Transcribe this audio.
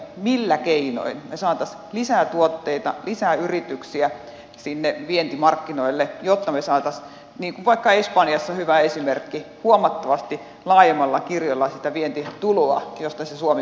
millä keinoin me saisimme lisää tuotteita lisää yrityksiä sinne vientimarkkinoille jotta me saisimme niin kuin vaikka espanjassa hyvä esimerkki huomattavasti laajemmalla kirjolla sitä vientituloa josta suomi kuitenkin elää